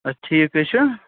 اَدٕ ٹھیٖک ہے چھُ